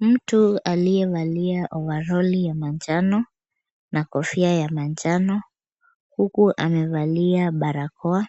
Mtu aliyevalia ovaroli ya manjano na kofia ya manjano, huku amevalia barakoa,